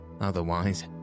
Otherwise